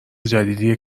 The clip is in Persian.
جدیدیه